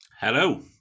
Hello